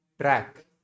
track